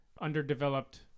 underdeveloped